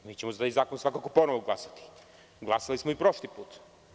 Mi ćemo za taj zakon svakako ponovo glasati, glasali smo i prošli put.